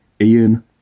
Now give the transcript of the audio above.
Ian